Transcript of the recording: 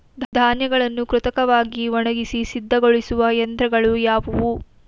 ಧಾನ್ಯಗಳನ್ನು ಕೃತಕವಾಗಿ ಒಣಗಿಸಿ ಸಿದ್ದಗೊಳಿಸುವ ಯಂತ್ರಗಳು ಯಾವುವು?